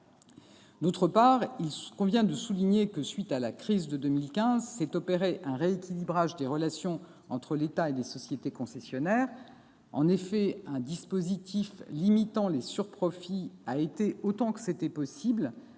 autoroutier. Il convient de souligner que, à la suite de la crise de 2015, s'est opéré un rééquilibrage des relations entre l'État et les sociétés concessionnaires. En effet, un dispositif limitant les surprofits a été introduit, autant que c'était possible,